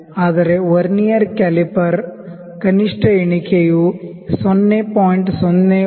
ಆದರೆ vernier calliper least count ಯು 0